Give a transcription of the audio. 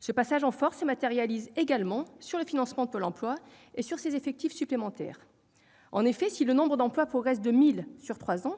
Ce passage en force se matérialise également dans le financement de Pôle emploi et dans ses effectifs supplémentaires. En effet, si le nombre d'emplois progresse de 1 000 unités sur trois ans,